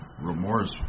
remorse